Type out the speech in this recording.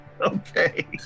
Okay